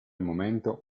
momento